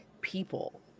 people